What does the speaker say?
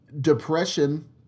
depression